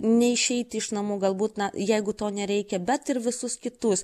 neišeiti iš namų galbūt na jeigu to nereikia bet ir visus kitus